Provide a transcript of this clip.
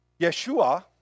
Yeshua